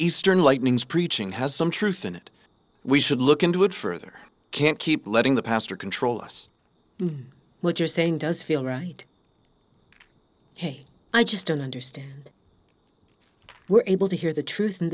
eastern lightnings preaching has some truth in it we should look into it further can't keep letting the pastor control us what you're saying does feel right hey i just don't understand we're able to hear the truth